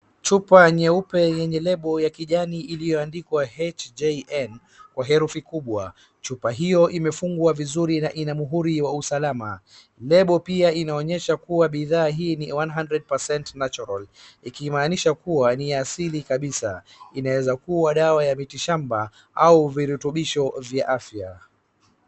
Chupa nyeupe yenye label ya kijani iliyoandikwa HJN kwa herufi kubwa chupa hiyo imefungwa vizuri na ina muhuri wa usalama, label pia inaonyesha bidhaa hii ni one hundred percent natural ikimaanisha kuwa ni asili kabisa, inaeza kuwa dawa ya mitishamba au virutubisho vya afya.